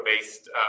based